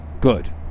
good